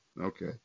Okay